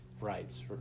rights